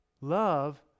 Love